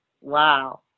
Wow